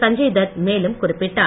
சஞ்சய் தத் மேலும் குறிப்பிட்டார்